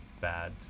bad